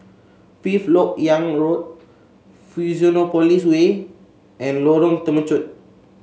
Fifth LoK Yang Road Fusionopolis Way and Lorong Temechut